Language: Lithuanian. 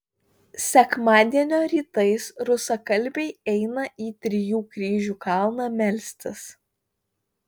sekmadienio rytais rusakalbiai eina į trijų kryžių kalną melstis